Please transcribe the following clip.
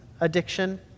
addiction